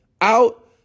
out